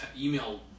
Email